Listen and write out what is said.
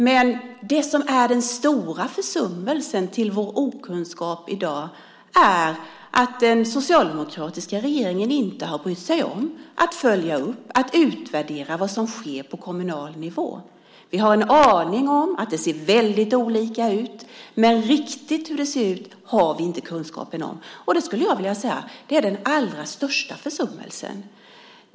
Men den stora försummelsen som är orsak till vår okunskap i dag är att den socialdemokratiska regeringen inte har brytt sig om att följa upp och utvärdera vad som sker på kommunal nivå. Vi har en aning om att det ser väldigt olika ut, men riktigt hur det ser ut har vi inte kunskap om. Jag skulle vilja säga att det är den allra största försummelsen.